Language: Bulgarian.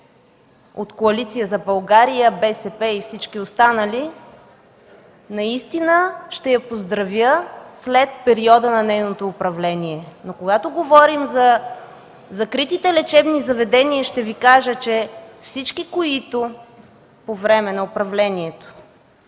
от Коалиция за България, БСП и всички останали, наистина ще я поздравя след периода на нейното управление. Но когато говорим за закритите лечебни заведения, ще Ви кажа, че всички, които по време на управлението